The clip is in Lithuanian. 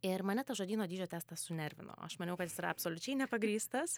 ir mane tas žodyno dydžio testas sunervino aš maniau kad jis yra absoliučiai nepagrįstas